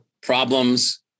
problems